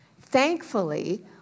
Thankfully